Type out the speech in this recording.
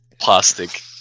plastic